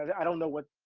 i don't know what,